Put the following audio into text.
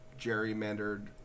gerrymandered